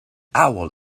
owl